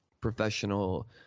professional